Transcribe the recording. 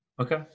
Okay